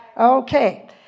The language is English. Okay